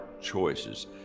choices